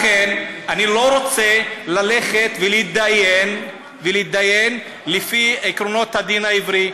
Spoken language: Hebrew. לכן אני לא רוצה ללכת ולהתדיין לפי עקרונות הדין העברי.